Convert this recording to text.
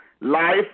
life